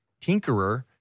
tinkerer